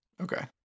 Okay